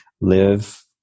live